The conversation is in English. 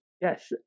yes